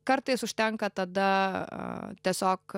kartais užtenka tada tiesiog